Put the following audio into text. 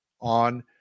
on